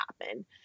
happen